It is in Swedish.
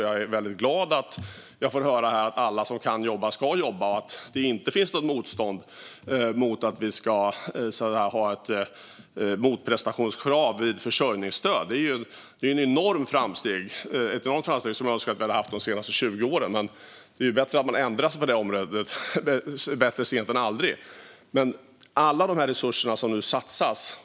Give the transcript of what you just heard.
Jag är väldigt glad över att jag här får höra att alla som kan jobba ska jobba och att det inte finns något motstånd mot ett motprestationskrav vid försörjningsstöd. Det är ett enormt framsteg. Jag önskar att det hade varit så de senaste 20 åren. Men det är bra att man ändrat sig på det området - bättre sent än aldrig. Nu satsas resurser.